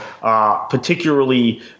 particularly